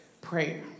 prayer